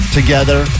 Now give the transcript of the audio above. together